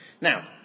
Now